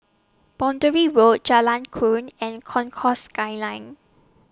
Boundary Road Jalan Krian and Concourse Skyline